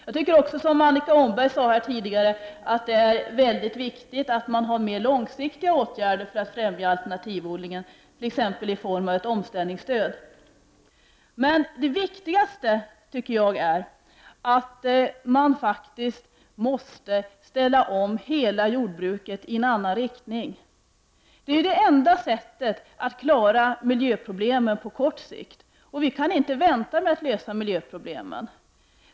Jag tycker, precis som Annika Åhnberg, att det är mycket viktigt med långsiktiga åtgärder i syfte att främja alternativodlingen, t.ex. i form av ett omställningsstöd. Det viktigaste är emellertid enligt min mening att det faktiskt är nödvändigt att ställa om hela jordbruket i en annan riktning. Det är nämligen det enda sättet att klara av miljöproblemen på kort sikt, och vi kan inte vänta med att lösa miljöproblemen.